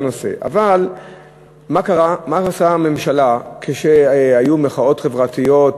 אבל מה עשתה הממשלה כשהיו מחאות חברתיות,